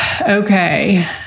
okay